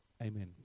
Amen